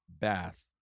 Bath